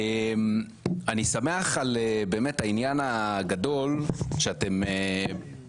אני שמח באמת על העניין הגדול שאתם מגלים